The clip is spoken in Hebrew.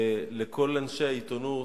לכל אנשי העיתונות,